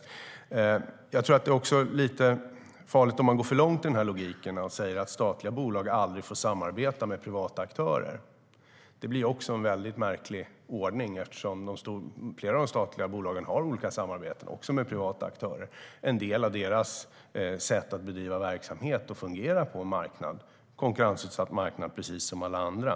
Jag tror också att det är lite farligt om man går för långt i den här logiken och säger att statliga bolag aldrig får samarbeta med privata aktörer. Det blir en väldigt märklig ordning eftersom flera av de statliga bolagen har olika samarbeten även med privata aktörer. Det är en del av deras sätt att bedriva verksamhet och fungera på en konkurrensutsatt marknad, precis som alla andra.